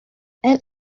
elle